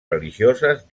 religioses